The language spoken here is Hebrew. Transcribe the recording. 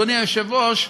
אדוני היושב-ראש,